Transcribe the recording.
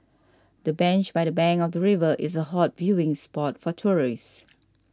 the bench by the bank of the river is a hot viewing spot for tourists